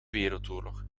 wereldoorlog